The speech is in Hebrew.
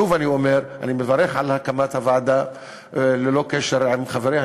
שוב אני אומר: אני מברך על הקמת הוועדה ללא קשר עם חבריה,